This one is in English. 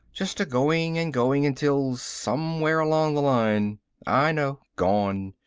just a going and going until, somewhere along the line i know. gone.